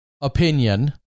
opinion